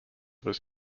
was